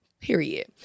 Period